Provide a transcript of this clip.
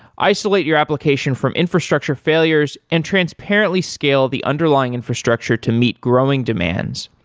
isolate your application from infrastructure failures and transparently scale the underlying infrastructure to meet growing demands,